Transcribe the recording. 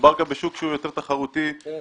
מדובר גם בשוק שהוא יותר תחרותי מאחרים.